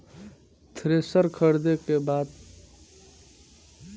Thresher खरीदे के बा कम दाम में कहवा मिली?